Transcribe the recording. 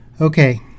Okay